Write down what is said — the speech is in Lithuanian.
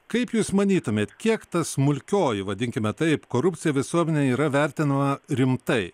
kaip jūs manytumėt kiek ta smulkioji vadinkime taip korupcija visuomenėj yra vertinama rimtai